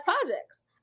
projects